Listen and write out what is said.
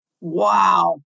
Wow